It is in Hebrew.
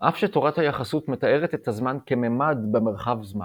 אף שתורת היחסות מתארת את הזמן כממד במרחב-זמן,